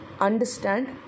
understand